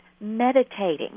meditating